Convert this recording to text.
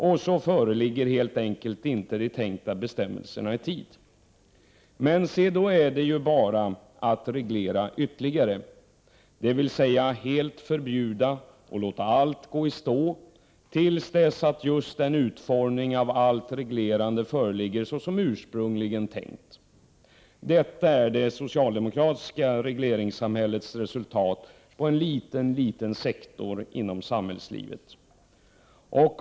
Därför föreligger helt enkelt inte de tänkta bestämmelserna i tid. Men då är det bara att reglera ytterligare, dvs. helt förbjuda och låta allt gå i stå, till dess att just den utformning av allt reglerande föreligger som ursprungligen var tänkt. Detta är det socialdemokratiska regleringssamhällets resultat på en liten sektor inom samhällslivet.